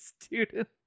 student